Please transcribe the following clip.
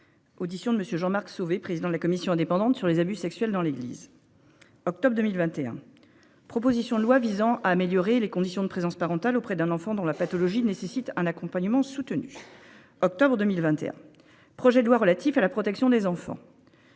Audition de Monsieur Jean-Marc Sauvé, président de la commission indépendante sur les abus sexuels dans l'église. Octobre 2021. Proposition de loi visant à améliorer les conditions de présence parentale auprès d'un enfant dont la pathologie, nécessitent un accompagnement soutenu. Octobre 2021. Projet de loi relatif à la protection des enfants.